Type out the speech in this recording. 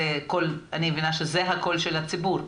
אני מבינה שזה הקול של הציבור.